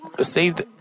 save